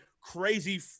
crazy